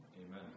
Amen